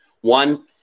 one